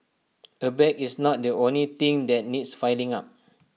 A bag is not the only thing that needs filling up